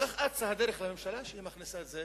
אצה הדרך לממשלה שהיא מכניסה את זה